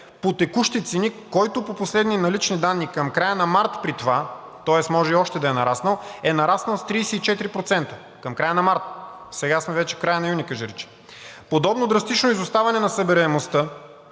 по текущи цени, който по последни налични данни към края на март при това, тоест може и още да е нараснал, е нараснал с 34% към края на март – сега сме вече края на юни, кажи-речи. Подобно драстично изоставане на събираемостта